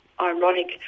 ironic